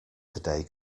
today